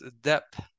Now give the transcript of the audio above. depth